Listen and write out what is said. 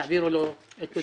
תעבירו לו את תודתי.